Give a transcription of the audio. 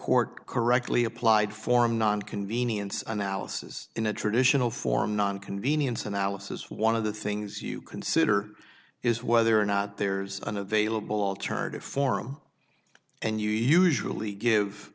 court correctly applied form non convenience analysis in a traditional form non convenience analysis one of the things you consider is whether or not there's an available alternative forum and you usually give